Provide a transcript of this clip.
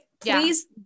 please